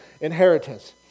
inheritance